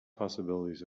possibilities